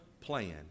plan